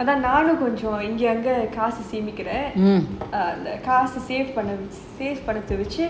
அதான் நானும் கொஞ்சம் இங்க இருந்து காசு சேமிக்குறேன் காசு பண்றத வச்சு